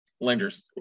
Lenders